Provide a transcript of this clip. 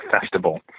Festival